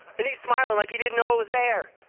and he's smiling like he didn't know it was there.